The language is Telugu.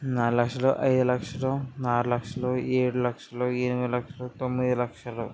నాలుగు లక్షలు ఐదు లక్షలు ఆరు లక్షలు ఏడు లక్షలు ఎనిమిది లక్షలు తొమ్మిది లక్షలు